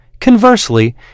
Conversely